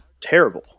terrible